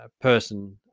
person